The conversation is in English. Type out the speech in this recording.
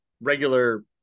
regular